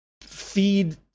feed